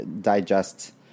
digest